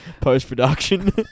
post-production